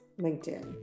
linkedin